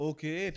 Okay